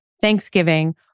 Thanksgiving